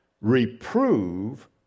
Reprove